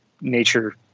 nature